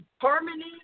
harmony